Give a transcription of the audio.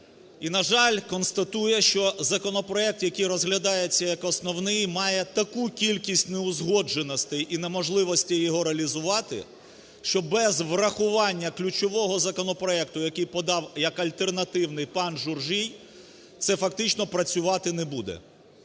І, на жаль, констатує, що законопроект, який розглядається як основний має таку кількість неузгодженостей і неможливостей його реалізувати, що без врахування ключового законопроекту, який подав як альтернативний пан Журжій, це фактично працювати не буде.